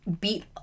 beat